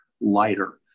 lighter